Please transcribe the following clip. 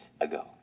ago